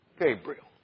Gabriel